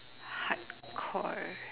hardcore